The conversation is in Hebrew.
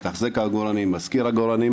מתחזק עגורנים ומשכיר עגורנים,